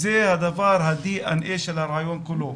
זה הדי.אן.איי של הרעיון כולו,